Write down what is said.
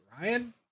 Ryan